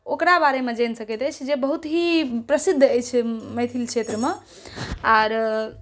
ओकरा बारे मऽ जानि सकैत अछि जे बहुत ही प्रसिद्ध अछि मैथिल क्षेत्र मऽ आर